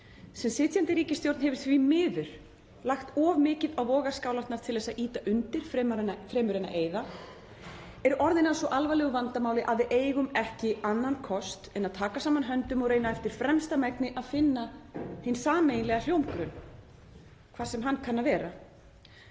sem sitjandi ríkisstjórn hefur því miður lagt of mikið á vogarskálarnar til að ýta undir fremur en að eyða, eru orðin að svo alvarlegu vandamáli að við eigum ekki annan kost en að taka saman höndum og reyna eftir fremsta megni að finna hinn sameiginlega hljómgrunn hvar sem hann kann að vera.